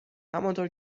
همانطور